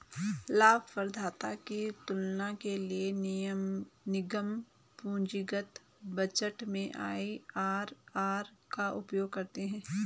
लाभप्रदाता की तुलना के लिए निगम पूंजीगत बजट में आई.आर.आर का उपयोग करते हैं